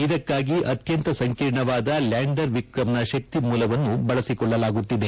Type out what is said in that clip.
ಇದಕ್ಷಾಗಿ ಅತ್ಯಂತ ಸಂಕೀರ್ಣವಾದ ಲ್ಲಾಂಡರ್ ವಿಕ್ರಂನ ಶಕ್ತಿ ಮೂಲವನ್ನು ಬಳಸಿಕೊಳ್ಳಲಾಗುತ್ತಿದೆ